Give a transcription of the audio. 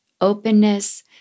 openness